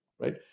right